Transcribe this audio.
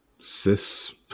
Cis